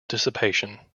dissipation